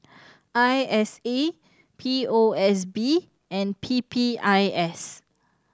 I S A P O S B and P P I S